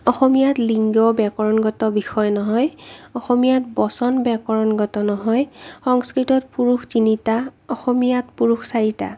অসমীয়াত লিংগ ব্যাকৰণগত বিষয় নহয় অসমীয়াত বচন ব্যাকৰণগত নহয় সংস্কৃতত পুৰুষ তিনিটা অসমীয়াত পুৰুষ চাৰিটা